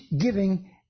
giving